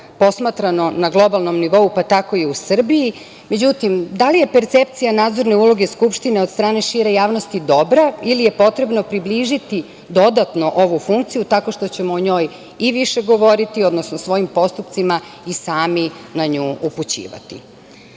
posmatrano na globalnom nivou, pa tako i u Srbiji, međutim da li je percepcija nadzorne uloge Skupštine od strane šire javnosti dobra ili je potrebno približiti dodatno ovu funkciju, tako što ćemo o njoj i više govoriti, odnosno svojim postupcima i sami na nju upućivati. Nesporno